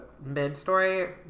mid-story